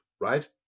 right